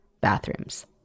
Bathrooms